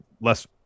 less